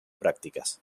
prácticas